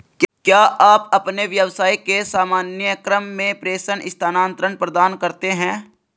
क्या आप अपने व्यवसाय के सामान्य क्रम में प्रेषण स्थानान्तरण प्रदान करते हैं?